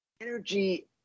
energy